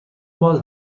باز